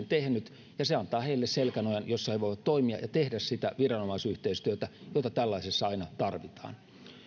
tehnyt ja se antaa heille selkänojan jossa he voivat toimia ja tehdä sitä viranomaisyhteistyötä jota tällaisessa aina tarvitaan